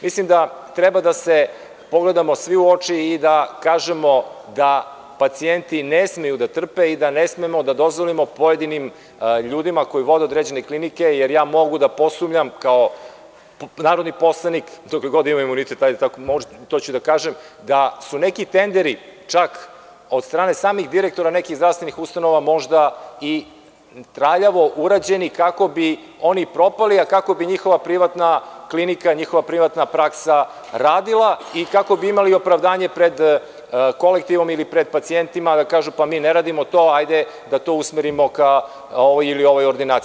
Mislim da treba da se pogledamo svi u oči i da kažemo da pacijenti ne smeju da trpe i da ne smemo da dozvolimo pojedinim ljudima koji vode određene klinike, jer ja mogu da posumnjam, kao narodni poslanik, dokle god imam imunitet, to ću i da kažem, da su neki tenderi čak od strane samih nekih direktora zdravstvenih ustanova možda i traljavo urađeni kako bi oni propali, a kako bi njihova privatna klinika, njihova privatna praksa radila i kako bi imali opravdanje pred kolektivom ili pred pacijentima da kažu – pa, mi ne radimo to, hajde da to usmerimo ka ovoj ili onoj ordinaciji.